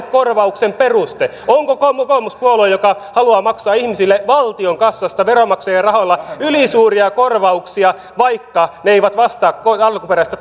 korvauksen peruste onko kokoomus puolue joka haluaa maksaa ihmisille valtion kassasta veronmaksajien rahoilla ylisuuria korvauksia vaikka ne eivät vastaa alkuperäistä